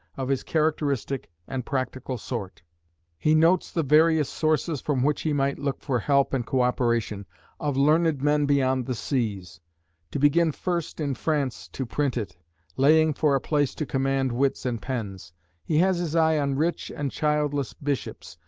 of his characteristic and practical sort he notes the various sources from which he might look for help and co-operation of learned men beyond the seas to begin first in france to print it laying for a place to command wits and pens he has his eye on rich and childless bishops,